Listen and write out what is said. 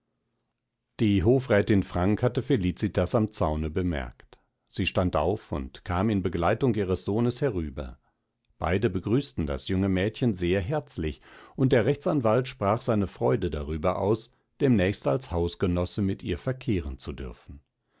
die hofrätin frank hatte felicitas am zaune bemerkt sie stand auf und kam in begleitung ihres sohnes herüber beide begrüßten das junge mädchen sehr herzlich und der rechtsanwalt sprach seine freude darüber aus demnächst als hausgenosse mit ihr verkehren zu dürfen